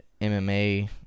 MMA